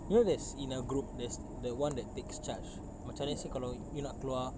you know there's in a group there's that [one] that takes charge macam let's say kalau you nak keluar